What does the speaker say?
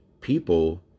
people